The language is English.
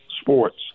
sports